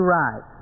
right